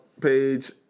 page